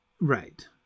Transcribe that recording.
Right